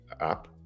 up